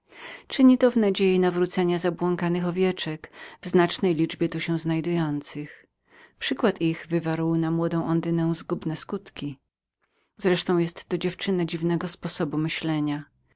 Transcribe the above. czyni to w nadziei nawrócenia obłąkanych owieczek w znacznej liczbie tu się znajdujących przykład ich wywarł na młodą ondynę zgubne skutki wreszcie jestto dziewczyna dziwnego sposobu myślenia